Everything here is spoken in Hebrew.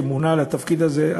שמונה לתפקיד הזה,